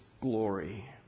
glory